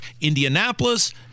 Indianapolis